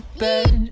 bed